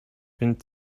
więc